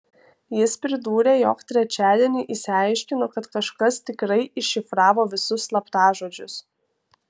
jis pridūrė jog trečiadienį išsiaiškino kad kažkas tikrai iššifravo visus slaptažodžius